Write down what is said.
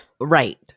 Right